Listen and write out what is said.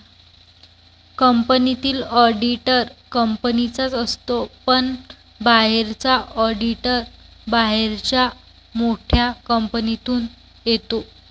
कंपनीतील ऑडिटर कंपनीचाच असतो पण बाहेरचा ऑडिटर बाहेरच्या मोठ्या कंपनीतून येतो